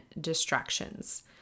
distractions